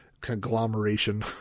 conglomeration